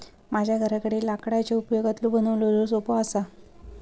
माझ्या घराकडे लाकडाच्या उपयोगातना बनवलेलो सोफो असा